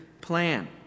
plan